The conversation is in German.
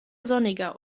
sonniger